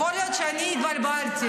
יכול להיות שאני התבלבלתי,